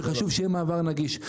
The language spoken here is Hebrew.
וחשוב שיהיה מעבר נגיש,